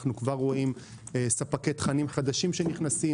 אנחנו כבר רואים ספקי תכנים חדשים שנכנסים,